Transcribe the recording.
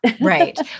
Right